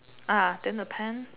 then the pant